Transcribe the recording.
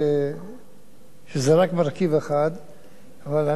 אבל אני מקווה שגם תסכים אתי שאם אני אסיים את התשובה,